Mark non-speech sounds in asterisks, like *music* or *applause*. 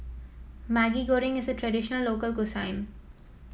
Maggi Goreng is a traditional local *unintelligible*